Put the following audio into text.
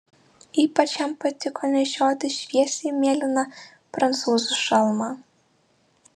ypač jam patiko nešioti šviesiai mėlyną prancūzų šalmą